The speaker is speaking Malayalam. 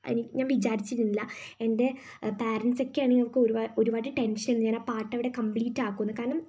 ഞാൻ വിചാരിച്ചിരുന്നില്ല എൻ്റെ പാരെന്റ്സ് ഒക്കെ ആണെങ്കിൽ നമുക്ക് ഒരുപാട് ടെൻഷൻ ഞാൻ ആ പാട്ട് അവിടെ കംപ്ലീറ്റ് ആക്കൂമോയെന്ന് കാരണം